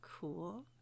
Cool